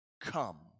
come